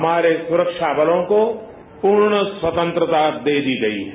हमारे सुरक्षाबलों को पूर्ण स्वतंत्रता दे दी गई है